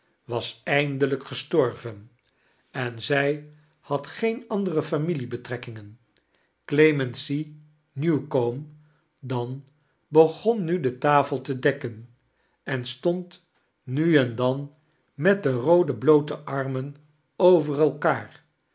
was edndelijk gestorven en zij had geen andere familiebetrekkingen clemency newcome dan begon nu de tafel te dekken en stond nti em dan met de roode bloote armen over elkaar